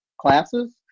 classes